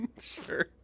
Sure